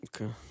Okay